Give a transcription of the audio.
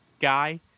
guy